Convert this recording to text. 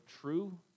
true